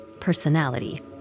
personality